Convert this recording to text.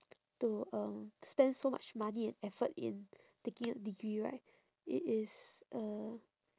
to um spend so much money and effort in taking a degree right it is uh